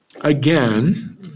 Again